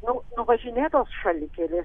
nu nuvažinėtos šalikelės